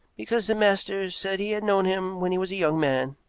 because the master said he had known him when he was a young man.